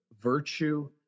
virtue